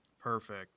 perfect